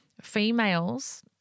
females